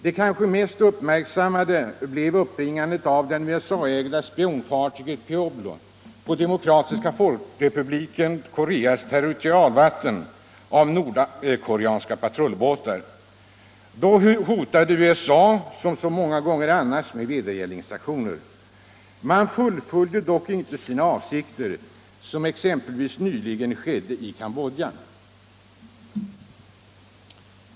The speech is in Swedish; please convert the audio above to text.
Den kanske mest uppmärksammade blev nordkoreanska patrullbåtars uppbringande av det USA-ägda spionfartyget Pueblo på Demokratiska folkrepubliken Koreas territorialvatten. Då hotade USA, som så många gånger annars, med vedergällningsaktioner. Man fullföljde dock inte sina avsikter, som exempelvis nyligen skedde i Cambodja.